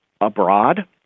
abroad